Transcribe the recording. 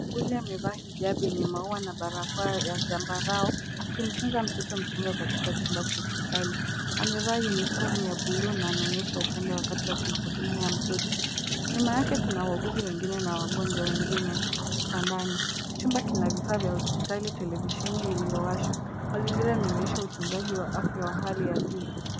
Muuguzi amevaa hijabi yenye maua na barakoa ya zambarau, akimtunza mtoto mchanga katika chumba cha hospitali. Amevaa uniformu ya buluu na anaonyesha upendo wakati wa kum hudumia mtoto. Nyuma yake kuna uaguzi mwingine na wagonjwa wengine, kitandani. Chumba kina vifaa vya hospitali televisheni iliyowashwa, mazingira yanaonyesha utunzaji wa afya wa hali ya juu.